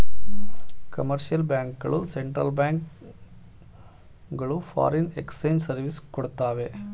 commercial bank ಗಳು central bank ಗಳು foreign exchange service ಕೊಡ್ತವೆ